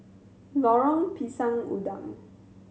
Lorong Pisang Udang